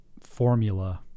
formula